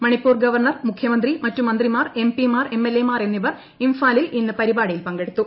Manipur governor മുഖ്യമന്ത്രി മറ്റൂർമിന്തിമാർ എംപിമാർ എംഎൽഎമാർ എന്നിവർ ഇംഫാലിൽ ഇന്ന് പരി്പാടിയിൽ പങ്കെടുത്തു